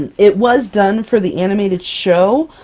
and it was done for the animated show,